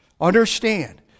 Understand